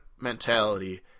mentality